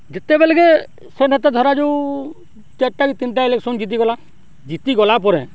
ଯେତେବେଲ୍କେ ସେ ନେତା ଧରାଯାଉ ଚାର୍ଟା କି ତିନ୍ଟା ଇଲେକ୍ସନ୍ ଜିତିଗଲା ଜିତି ଗଲା ପରେ